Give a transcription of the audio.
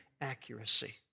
accuracy